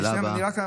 השאלה הבאה.